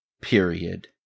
period